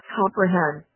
comprehend